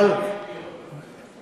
ידיים נקיות.